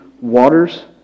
waters